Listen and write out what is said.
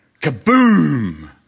kaboom